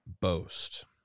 boast